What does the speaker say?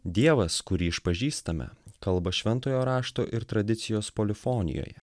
dievas kurį išpažįstame kalba šventojo rašto ir tradicijos polifonijoje